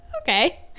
okay